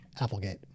Applegate